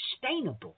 sustainable